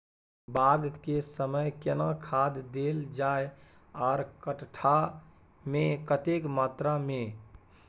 बाग के समय केना खाद देल जाय आर कट्ठा मे कतेक मात्रा मे?